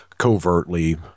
covertly